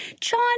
John